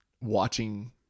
watching